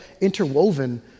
interwoven